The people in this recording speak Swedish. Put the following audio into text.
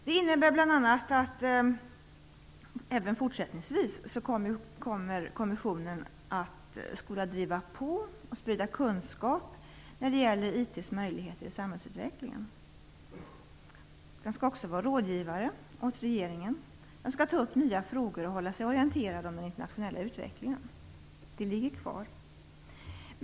Det innebär bl.a. att kommissionen även fortsättningsvis kommer att driva på och sprida kunskap när det gäller informationsteknikens möjligheter i samhällsutvecklingen. Man skall i kommissionen också vara rådgivare till regeringen, ta upp nya frågor och hålla sig informerad om den internationella utvecklingen. Det ligger fast.